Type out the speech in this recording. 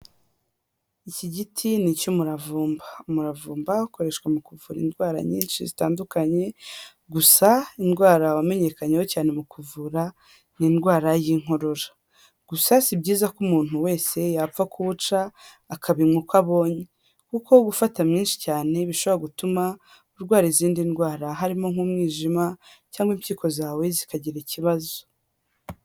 Iki giti ni icy'umuravumba; umuravumba ukoreshwa mu kuvura indwara nyinshi zitandukanye, gusa indwara wamenyekanyeho cyane mu kuvura, ni indwara y'inkora. Gusa si byiza ko umuntu wese yapfa kuwuca akabinywa uko abonye. Kuko gufata mwinshi cyane, bishobora gutuma urwara izindi ndwara harimo nk'umwijima cyangwa impyiko zawe zikagira ikibazo.